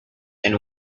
and